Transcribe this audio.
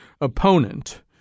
opponent